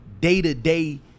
day-to-day